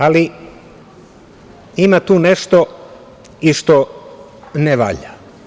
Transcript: Ali, ima tu nešto i što ne valja.